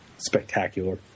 spectacular